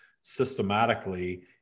systematically